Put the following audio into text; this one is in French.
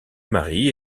marie